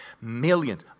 Millions